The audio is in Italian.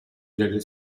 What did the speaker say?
delle